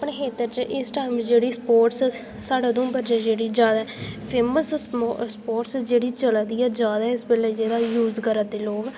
अपने खेत्तर च इस टाइम जेह्ड़ा स्पोर्टस होअ दा ऐ हून बच्चे जेह्ड़े जां फेमस स्पोर्टस खेला दे न यूस करा दे लोक